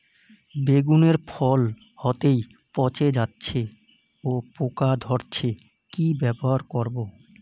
বেগুনের ফল হতেই পচে যাচ্ছে ও পোকা ধরছে কি ব্যবহার করব?